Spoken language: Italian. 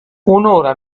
un’ora